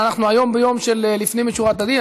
אבל אנחנו היום ביום של לפנים משורת הדין,